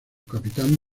capitán